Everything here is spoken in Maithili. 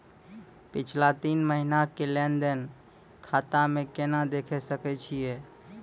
पिछला तीन महिना के लेंन देंन खाता मे केना देखे सकय छियै?